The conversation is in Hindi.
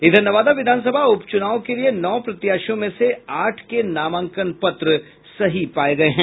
इधर नवादा विधानसभा उप चुनाव के लिए नौ प्रत्याशियों में से आठ के नामांकन पत्र सही पाये गये हैं